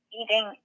eating